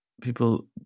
people